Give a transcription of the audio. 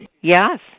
yes